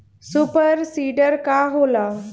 Super seeder का होला?